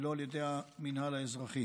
ולא על ידי המינהל האזרחי.